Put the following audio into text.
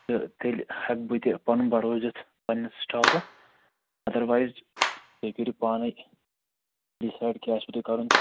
تہٕ تیٚلہِ ہیٚکہٕ بہٕ تہِ پنُن بروسہٕ دِتھ پنہٕ نِس سِٹافس اَدر وایِز تُہۍ کٔرِو پانے ڈِسایڈ کیٛاہ آسوٕ تۄہہِ کرُن